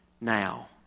now